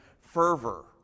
fervor